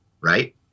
right